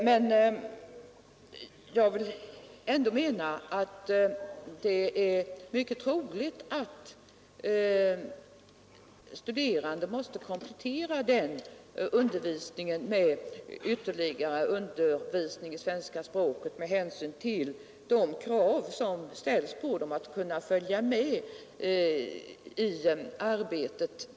Men jag vill ändå hävda att det är mycket troligt att studerande måste komplettera den undervisningen med ytterligare syn till de krav som ställs på dem undervisning i svenska språket med hä för att kunna följa med i arbetet.